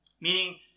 meaning